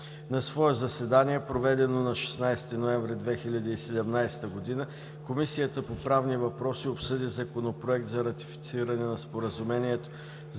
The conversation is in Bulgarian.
На свое заседание, проведено на 16 ноември 2017 г., Комисията по правни въпроси обсъди Законопроект за ратифициране на Споразумението